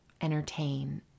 entertain